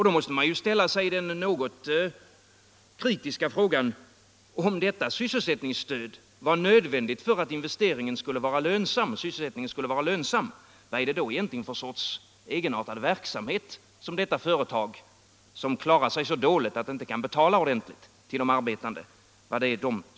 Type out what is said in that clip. Då måste man ställa sig den något kritiska frågan: Om detta sysselsättningsstöd var nödvändigt för att sysselsättningen skulle bli lönsam, vad är det då egentligen för egenartad verksamhet som bedrivs av detta företag, som klarar sig så dåligt att det inte kan betala de arbetande ordentligt?